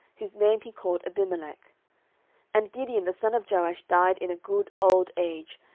whose name he called abimelech and gideon the son of joash died in a good old age,